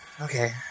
Okay